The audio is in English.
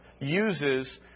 uses